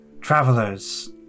Travelers